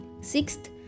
Sixth